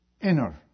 inner